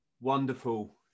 Wonderful